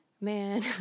man